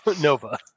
nova